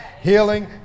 Healing